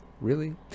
Really